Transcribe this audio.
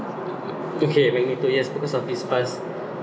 okay magneto yes because of his past